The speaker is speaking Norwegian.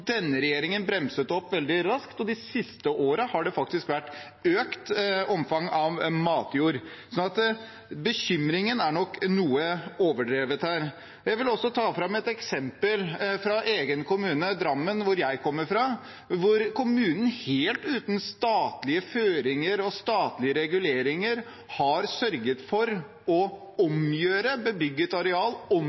denne regjeringen bremset veldig raskt. De siste årene har det faktisk vært økt vern av matjord. Så bekymringen er nok noe overdrevet her. Jeg vil også ta fram et eksempel fra Drammen, hvor jeg kommer fra, hvor kommunen helt uten statlige føringer og statlige reguleringer har sørget for å omgjøre bebygget areal